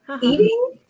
Eating